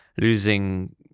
losing